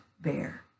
bear